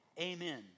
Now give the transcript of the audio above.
Amen